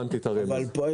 אבל פה,